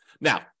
Now